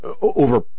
over